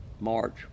March